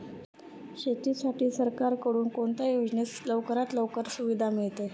शेतीसाठी सरकारकडून कोणत्या योजनेत लवकरात लवकर सुविधा मिळते?